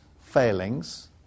failings